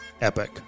epic